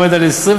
העומד על 26.5%,